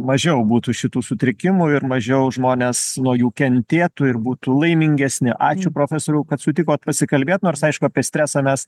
mažiau būtų šitų sutrikimų ir mažiau žmonės nuo jų kentėtų ir būtų laimingesni ačiū profesoriau kad sutikot pasikalbėt nors aišku apie stresą mes